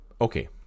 Okay